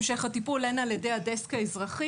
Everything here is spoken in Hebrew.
המשך הטיפול הן על ידי הדסק האזרחי,